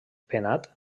penat